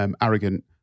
arrogant